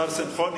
השר שמחון,